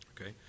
okay